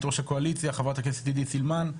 ראש הקואליציה חברת הכנסת עידית סילמן.